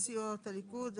הסתייגויות מטעם סיעות הליכוד,